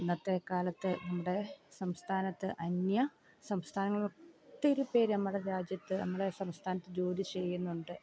ഇന്നത്തെ കാലത്ത് നമ്മുടെ സംസ്ഥാനത്ത് അന്യ സംസ്ഥാനങ്ങൾ ഒത്തിരി പേർ നമ്മുടെ രാജ്യത്ത് നമ്മളെ സംസ്ഥാനത്ത് ജോലി ചെയ്യുന്നുണ്ട്